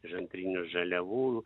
iš antrinių žaliavų